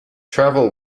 travel